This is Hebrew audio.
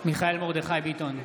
מיכאל מרדכי ביטון,